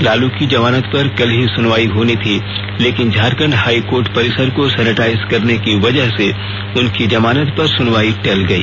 लालू की जमानत पर कल ही सुनवाई होनी थी लेकिन झारखंड हाई कोर्ट परिसर को सेनेटाइज करने की वजह से उनकी जमानत पर सुनवाई टल गई